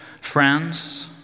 friends